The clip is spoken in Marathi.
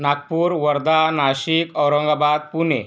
नागपूर वर्धा नाशिक औरंगाबाद पुणे